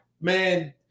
man